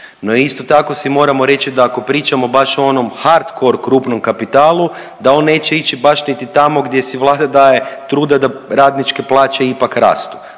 isto tako si moramo reći da ako pričamo baš o onom hardcore krupnom kapitalu da on neće ići baš niti tamo gdje si Vlada daje truda da radničke plaće ipak rastu,